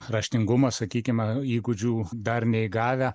raštingumo sakykime įgūdžių dar neįgavę